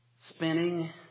spinning